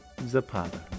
Zapata